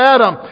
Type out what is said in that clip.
Adam